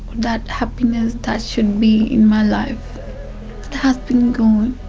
that happiness that should be in my life has been gone.